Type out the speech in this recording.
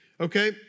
okay